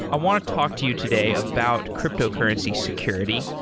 i want to talk to you today about cryptocurrency security,